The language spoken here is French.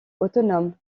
autonome